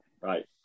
Right